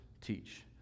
teach